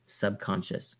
subconscious